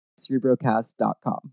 cerebrocast.com